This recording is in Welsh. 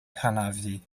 hanafu